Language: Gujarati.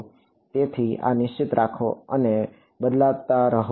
તેથી આ નિશ્ચિત રાખો અને બદલાતા રહો